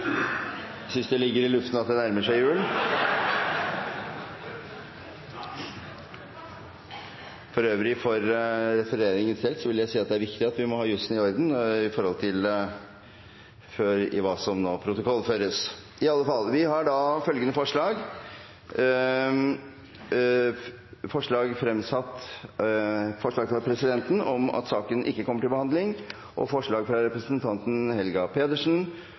det? Nei. Presidenten synes det ligger i luften at det nærmer seg jul! For øvrig vil jeg for refereringens del si at det er viktig at vi har jusen i orden når det gjelder hva som protokollføres. Vi har da følgende forslag: forslag fra presidenten om at forslaget ikke kommer til behandling, og forslag fra representanten Helga Pedersen